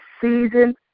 season